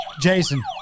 Jason